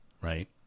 Right